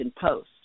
Post